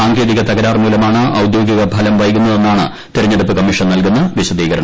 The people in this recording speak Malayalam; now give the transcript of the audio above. സാങ്കേതിക തകരാർമൂലമാണ് ഔദ്യോഗിക ഫലം വൈകുന്നതെന്നാണ് തെരഞ്ഞെടുപ്പ് കമ്മീഷൻ നൽകുന്ന വിശദീകരണം